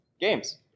games